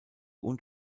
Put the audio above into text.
und